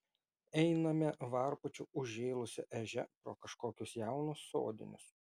einame varpučiu užžėlusia ežia pro kažkokius jaunus sodinius